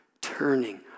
turning